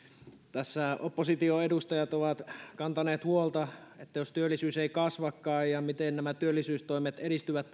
tässä oppositioedustajat ovat kantaneet huolta että jos työllisyys ei kasvakaan ja miten työllisyystoimet edistyvät